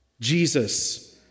Jesus